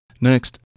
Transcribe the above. Next